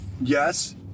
Yes